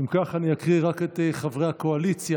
אם כך, אני אקריא רק את חברי הקואליציה.